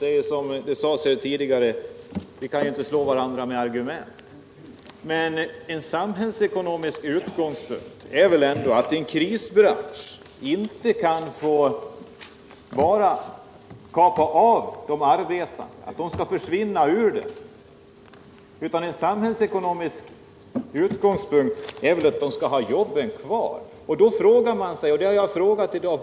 Vi kan ju inte, som det sades här förut, slå varandra med argument, men det är väl ändå inte en samhällsekonomisk utgångspunkt att låta en krisbransch bara kapa av de arbetande så att de bara skall försvinna ur branschen, utan en samhällsekonomisk utgångspunkt är väl att de arbetande skall ha jobben kvar.